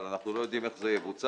אבל אנחנו לא יודעים איך זה יבוצע,